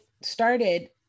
started